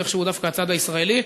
זה איכשהו דווקא הצד הישראלי,